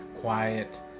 quiet